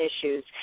issues